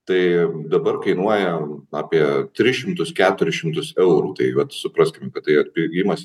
tai dabar kainuoja apie tris šimtus keturis šimtus eurų tai vat supraskim kad tai atpigimas